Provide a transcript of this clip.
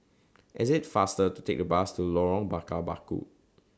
IT IS faster to Take The Bus to Lorong Bakar Batu